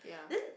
then